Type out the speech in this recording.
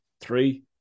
three